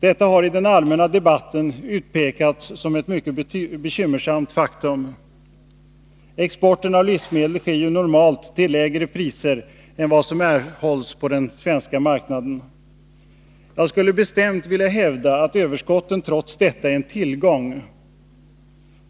Detta har i den allmänna debatten utpekats som ett mycket bekymmersamt faktum. Exporten av livsmedel sker normalt till lägre priser än vad som erhålls på den svenska marknaden. Jag skulle bestämt vilja hävda att överskotten trots detta är en tillgång.